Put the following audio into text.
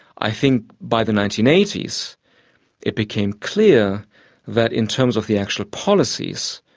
i think by the nineteen eighty s it became clear that in terms of the actual policies,